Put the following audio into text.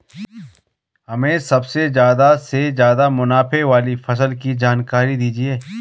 हमें सबसे ज़्यादा से ज़्यादा मुनाफे वाली फसल की जानकारी दीजिए